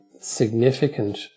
significant